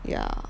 ya